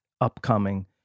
upcoming